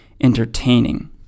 entertaining